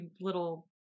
little